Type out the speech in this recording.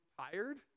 tired